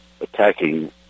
attacking